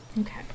Okay